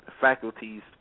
faculties